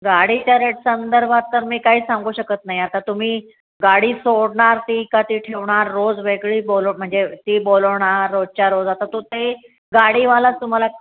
गाडीच्या रेट संदर्भात तर मी काही सांगू शकत नाही आता तुम्ही गाडी सोडणार ती का ती ठेवणार रोज वेगळी बोलव म्हणजे ती बोलवणार रोजच्यारोज आता तो ते गाडीवालाच तुम्हाला